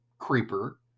creeper